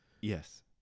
Yes